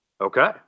Okay